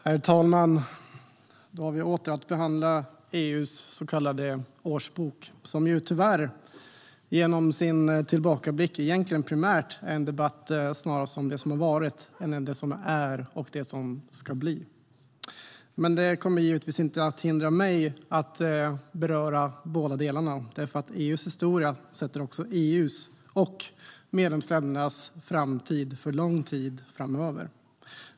Herr talman! Då ska vi åter behandla EU:s så kallade årsbok. Det blir tyvärr, genom dess tillbakablick, egentligen primärt en debatt om det som har varit och inte om det som är och det som ska bli. Men det kommer givetvis inte att hindra mig från att beröra båda delarna. EU:s historia påverkar också EU:s och medlemsländernas framtid, för lång tid framöver.